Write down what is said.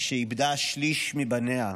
שאיבדה שליש מבניה.